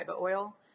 oil